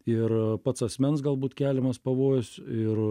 ir pats asmens galbūt keliamas pavojus ir